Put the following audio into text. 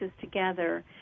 together